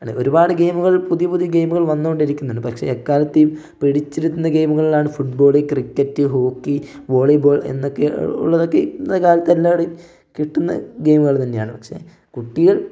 അല്ലെ ഒരുപാട് ഗെയിമുകൾ പുതിയ പുതിയ ഗെയിമുകൾ വന്നോണ്ടിരിക്കുന്നുണ്ട് പക്ഷേ എക്കാലത്തെയും പിടിച്ചിരുത്തുന്ന ഗെയിമുകളാണ് ഫുട്ബോള് ക്രിക്കറ്റ് ഹോക്കി വോളിബോൾ എന്നൊക്കെ ഉള്ളതൊക്കെ ഇന്നത്തെക്കാലത്ത് എല്ലാടം കിട്ടുന്ന ഗെയിമുകൾ തന്നെയാണ് പക്ഷെ കുട്ടികൾ